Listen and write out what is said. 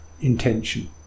intention